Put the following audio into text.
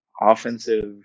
offensive